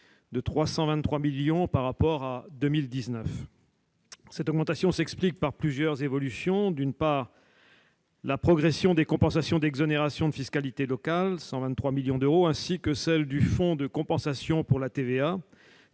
de 323 millions d'euros par rapport à 2019. Cela s'explique par plusieurs évolutions : d'abord, la progression des compensations d'exonérations de fiscalité locale, 123 millions d'euros, ainsi que celle du Fonds de compensation pour la TVA